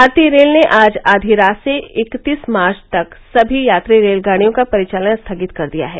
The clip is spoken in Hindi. भारतीय रेल ने आज आधी रात से इकत्तीस मार्च तक सभी यात्री रेलगाड़ियों का परिचालन स्थगित कर दिया है